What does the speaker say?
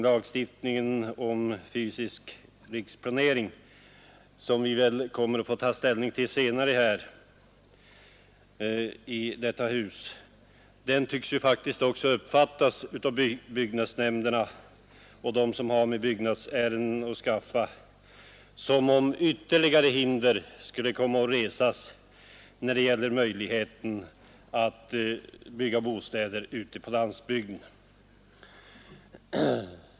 Lagstiftningen om fysisk riksplanering som vi väl senare i detta hus kommer att få ta ställning till tycks faktiskt också av byggnadsnämnderna och de som har med byggnadsärenden att göra uppfattas som om ytterligare hinder skulle komma att resas mot möjligheten att bygga bostäder på landsbygden.